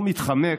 הוא מתחמק.